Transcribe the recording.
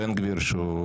מי בעד קבלת הסתייגות 62?